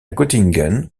göttingen